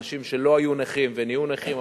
אנשים שלא היו נכים ונהיו נכים,